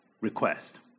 request